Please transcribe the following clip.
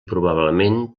probablement